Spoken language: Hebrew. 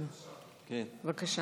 בבקשה.